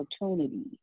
opportunity